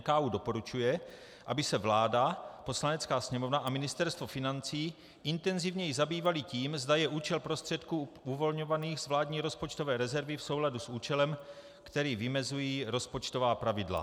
NKÚ doporučuje, aby se vláda, Poslanecká sněmovna a Ministerstvo financí intenzivněji zabývaly tím, zda je účel prostředků uvolňovaných z vládní rozpočtové rezervy v souladu s účelem, který vymezují rozpočtová pravidla.